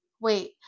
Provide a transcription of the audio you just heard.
Wait